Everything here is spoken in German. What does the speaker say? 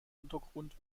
untergrund